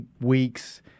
weeks